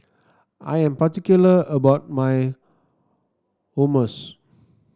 I am particular about my Hummus